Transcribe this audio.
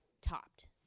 topped